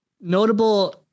Notable